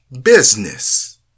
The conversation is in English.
business